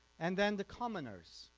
and then the commoners,